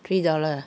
three dollar ah